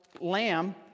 lamb